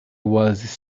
was